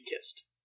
kissed